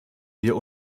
wir